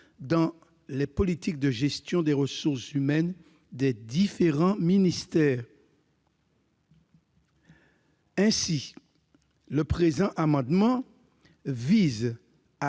dans les politiques de gestion des ressources humaines des différents ministères. Ainsi, le présent amendement vise à